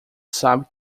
sabe